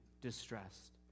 distressed